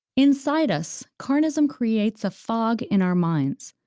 inside us, carnism creates a fog in our minds,